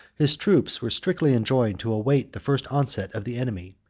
his troops were strictly enjoined to await the first onset of the enemy,